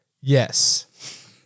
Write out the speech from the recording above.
Yes